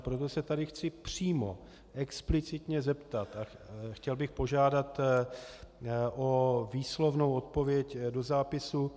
Proto se tady chci přímo explicitně zeptat a chtěl bych požádat o výslovnou odpověď do zápisu.